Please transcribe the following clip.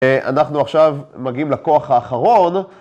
אנחנו עכשיו מגיעים לכוח האחרון